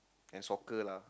and soccer lah